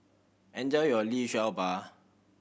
enjoy your Liu Sha Bao